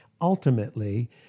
ultimately